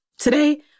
Today